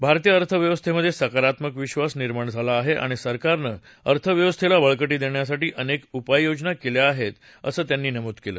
भारतीय अर्थव्यवस्थेमध्ये सकारात्मक विद्वास निर्माण झाला आहे आणि सरकारनं अर्थव्यवस्थेला बळकटी देण्यासाठी अनेक उपाययोजना केल्या आहेत असं त्यांनी नमूद केलं